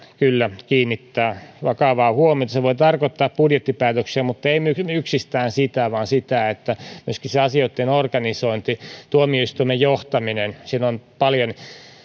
kyllä kiinnittää vakavaa huomiota se voi tarkoittaa budjettipäätöksiä mutta ei yksistään sitä vaan myöskin sitä että asioitten organisointi tuomioistuimen johtaminen siinä on paljon